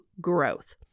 growth